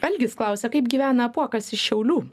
algis klausia kaip gyvena apuokas iš šiaulių